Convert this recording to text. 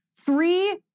three